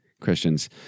Christians